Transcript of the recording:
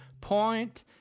point